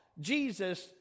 Jesus